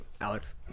Alex